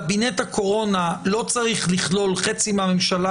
קבינט הקורונה לא צריך לכלול חצי מהממשלה,